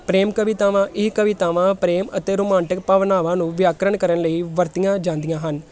ਪ੍ਰੇਮ ਕਵਿਤਾਵਾਂ ਇਹ ਕਵਿਤਾਵਾਂ ਪ੍ਰੇਮ ਅਤੇ ਰੁਮਾਂਟਿਕ ਭਾਵਨਾਵਾਂ ਨੂੰ ਵਿਆਕਰਣ ਕਰਨ ਲਈ ਵਰਤੀਆਂ ਜਾਂਦੀਆਂ ਹਨ